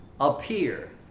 appear